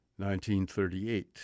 1938